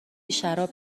شراب